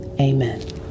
Amen